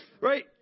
right